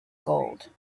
gold